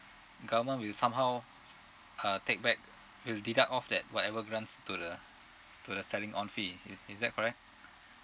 government will somehow uh take back will deduct off that whatever grants to the to the selling on fee is is that correct